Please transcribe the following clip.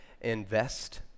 invest